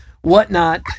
whatnot